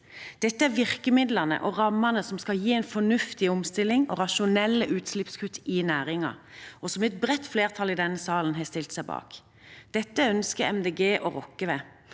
Dette er virkemidlene og rammene som skal gi en fornuftig omstilling og rasjonelle utslippskutt i næringen, og som et bredt flertall i denne salen har stilt seg bak. Dette ønsker Miljøpartiet De